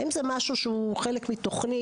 האם זה משהו שהוא חלק מהתכנית?